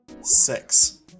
Six